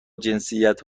جنسیت